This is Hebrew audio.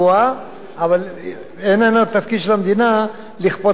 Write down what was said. אבל אין התפקיד של המדינה לכפות עליו את הדבר הזה.